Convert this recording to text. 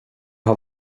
har